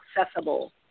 accessible